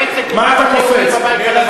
מה אתה קופץ?